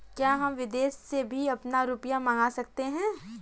क्या हम विदेश से भी अपना रुपया मंगा सकते हैं?